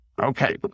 Okay